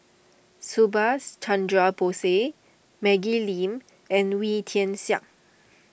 Subhas Chandra Bose Maggie Lim and Wee Tian Siak